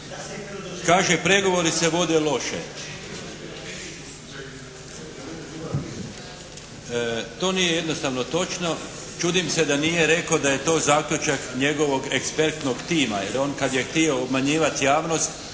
Kaže: «Pregovori se vode loše». To nije jednostavno točno. Čudim se što nije rekao da je to zaključak njegovog ekspertnog tima jer on kad je htio obmanjivati javnost